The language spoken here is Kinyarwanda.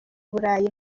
burayi